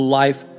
life